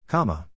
Comma